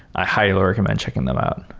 i highly recommend checking them out.